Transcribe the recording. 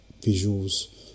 visuals